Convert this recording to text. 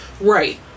right